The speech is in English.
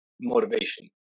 motivation